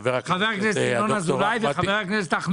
חבר הכנסת ינון אזולאי וחבר הכנסת אחמד טיבי.